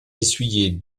essuyer